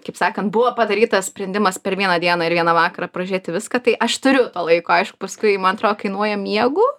kaip sakant buvo padarytas sprendimas per vieną dieną ir vieną vakarą pražiūrėti viską tai aš turiu to laiko aišku paskui man atro kainuoja miegu